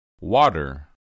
Water